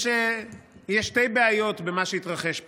יש שתי בעיות במה שהתרחש פה.